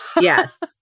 Yes